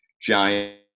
giant